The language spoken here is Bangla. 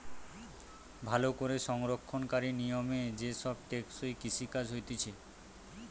ভালো করে সংরক্ষণকারী নিয়মে যে সব টেকসই কৃষি কাজ হতিছে